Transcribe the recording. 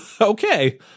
Okay